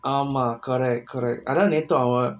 ஆமா:aamaa correct correct ஆனா நேத்து அவ:aanaa nethu ava